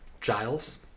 Giles